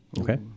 Okay